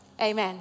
Amen